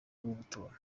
gutora